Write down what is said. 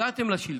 הגעתם לשלטון,